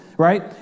right